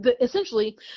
Essentially